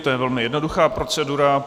To je velmi jednoduchá procedura.